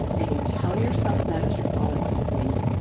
and you tell yourself that as you're falling asleep,